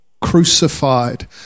crucified